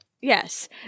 Yes